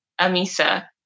Amisa